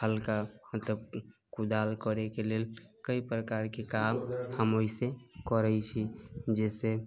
हल्का मतलब कुदाल करैके लेल कइ प्रकारके काम हम ओहिसँ करै छी जइसे